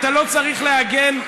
אתה לא צריך להגן,